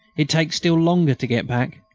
it takes still longer to get back.